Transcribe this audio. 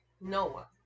Noah